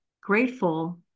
grateful